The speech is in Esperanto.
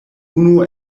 unu